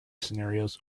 scenarios